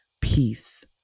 peace